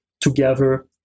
together